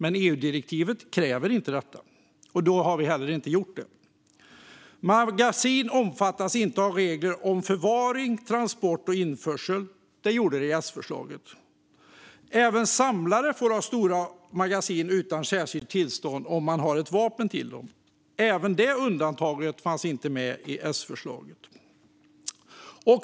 EU-direktivet kräver inte detta, och då har vi heller inte gjort det. Magasin omfattas inte av regler om förvaring, transport och införsel. Det gjorde de i S-förslaget. Även samlare får ha stora magasin utan särskilt tillstånd om de har ett vapen till dem. Inte heller det undantaget fanns med i S-förslaget.